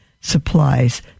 supplies